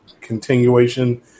continuation